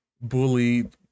bullied